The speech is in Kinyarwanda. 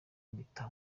mpita